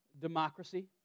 democracy